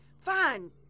fine